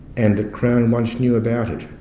and that crown once knew about it.